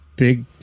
big